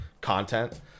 content